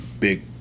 big